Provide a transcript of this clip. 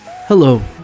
Hello